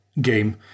game